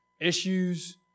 issues